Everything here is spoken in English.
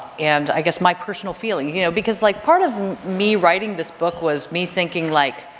and i guess my personal feeling, you know because like part of me writing this book was me thinking like,